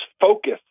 focus